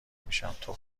میشم، تو